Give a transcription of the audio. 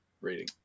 rating